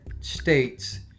states